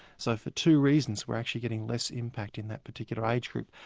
so for two reasons we're actually getting less impact in that particular age group.